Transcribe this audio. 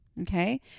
Okay